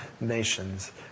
nations